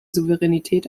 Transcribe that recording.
souveränität